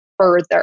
further